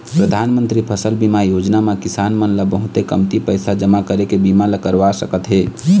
परधानमंतरी फसल बीमा योजना म किसान मन ल बहुते कमती पइसा जमा करके बीमा ल करवा सकत हे